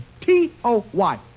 T-O-Y